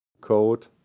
code